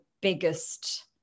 biggest